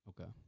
Okay